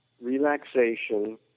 relaxation